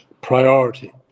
priority